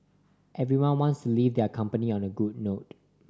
everyone wants to leave their company on a good note